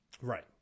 right